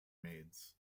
maids